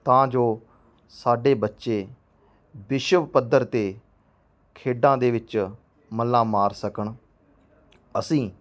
ਤਾਂ ਜੋ ਸਾਡੇ ਬੱਚੇ ਵਿਸ਼ਵ ਪੱਧਰ 'ਤੇ ਖੇਡਾਂ ਦੇ ਵਿੱਚ ਮੱਲਾਂ ਮਾਰ ਸਕਣ ਅਸੀਂ